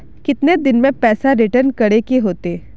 कितने दिन में पैसा रिटर्न करे के होते?